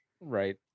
Right